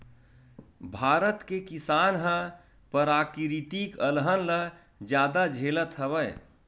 भारत के किसान ह पराकिरितिक अलहन ल जादा झेलत हवय